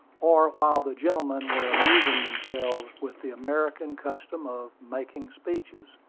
or while the gentlemen were amusing themselves with the american custom of making speeches.